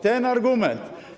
Ten argument.